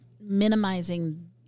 minimizing